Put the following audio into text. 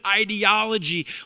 ideology